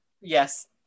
yes